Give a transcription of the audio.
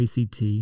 ACT